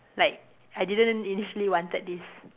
like I didn't initially wanted this